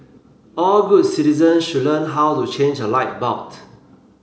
all good citizen should learn how to change a light bulb